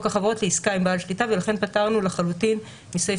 החברות לעסקה עם בעל שליטה ולכן פטרנו לחלוטין מסעיף